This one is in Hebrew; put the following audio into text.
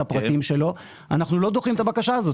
הפרטים שלו אנחנו לא דוחים את הבקשה הזאת,